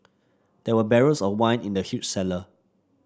there were barrels of wine in the huge cellar